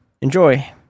Enjoy